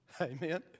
Amen